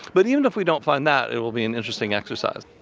but even if we don't find that, it will be an interesting exercise.